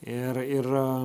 ir ir